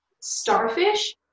starfish